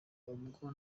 ubwo